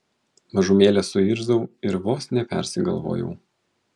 mažumėlę suirzau ir vos nepersigalvojau